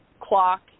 clock